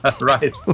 Right